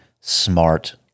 smart